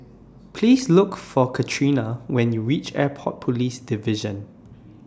Please Look For Katrina when YOU REACH Airport Police Division